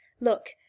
look